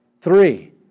Three